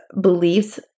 beliefs